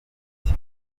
muti